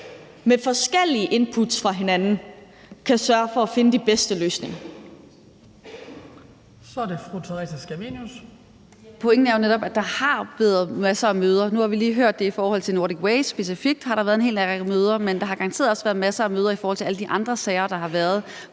med forskellige inputs fra hinanden kan sørge for at finde de bedste løsninger.